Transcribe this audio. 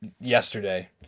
yesterday